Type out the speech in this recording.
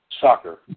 Soccer